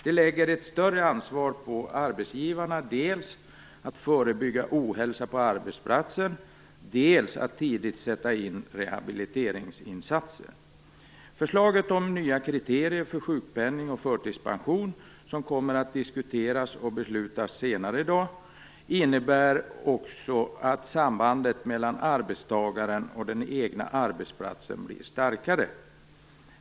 Det lägger ett större ansvar på arbetsgivarna när det gäller dels att förebygga ohälsa på arbetsplatsen, dels att tidigt sätta in rehabiliteringsinsatser. Förslaget om nya kriterier för sjukpenning och förtidspension, som kommer att diskuteras och beslutas senare i dag, innebär också att sambandet mellan arbetstagaren och den egna arbetsplatsen blir starkare.